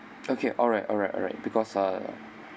okay alright alright alright because uh